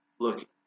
look